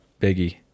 biggie